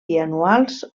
bianuals